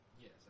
Yes